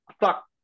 fuck